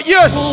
Yes